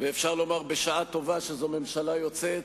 ואפשר לומר, בשעה טובה שזו ממשלה יוצאת,